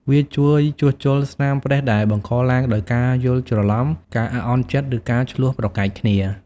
វាជួយជួសជុលស្នាមប្រេះដែលបង្កឡើងដោយការយល់ច្រឡំ ការអាក់អន់ចិត្ត ឬការឈ្លោះប្រកែកគ្នា។